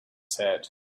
said